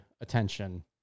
attention